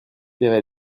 paierai